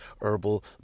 herbal